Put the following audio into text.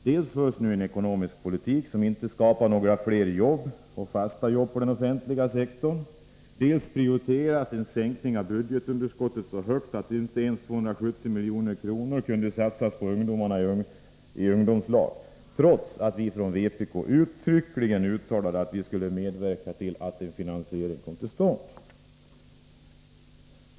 Dels förs nu en ekonomisk politik som inte skapar några fler fasta jobb i den offentliga sektorn, dels prioriteras en sänkning av budgetunderskottet så högt att inte ens 270 milj.kr. kunde satsas på ungdomarna i ungdomslag, trots att vi från vpk uttryckligen uttalade att vi skulle medverka till att en finansiering kom till stånd.